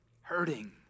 hurting